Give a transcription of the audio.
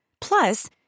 Plus